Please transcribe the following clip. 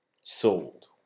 sold